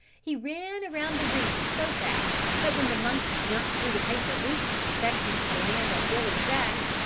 he ran around the ring so fast that when the monkey jumped through the paper hoops expecting to land on billy's back,